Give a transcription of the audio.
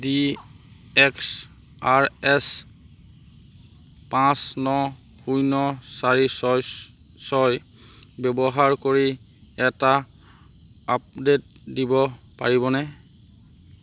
D X R S পাঁচ ন শূন্য চাৰি ছয় ছয় ব্যৱহাৰ কৰি এটা আপডেট দিব পাৰিবনে